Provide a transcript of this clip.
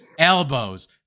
elbows